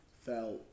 felt